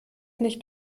nicht